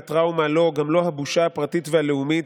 הטראומה לא, גם לא הבושה הפרטית והלאומית.